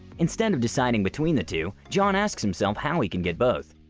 instead of deciding between the two, john asks himself how he can get both.